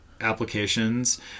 applications